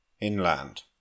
inland